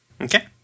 Okay